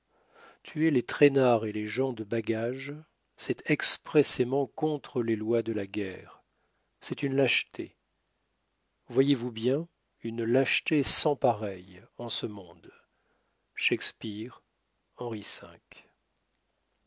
tuer les traînards et les gens de bagage c'est expressément contre les lois de la guerre c'est une lâcheté voyez-vous bien une lâcheté sans pareille en ce monde shakespeare henry